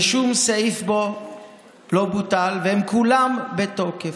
ושום סעיף בו לא בוטל, והם כולם בתוקף.